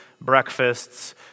breakfasts